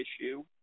issue